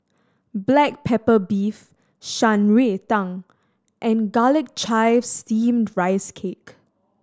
black pepper beef Shan Rui Tang and Garlic Chives Steamed Rice Cake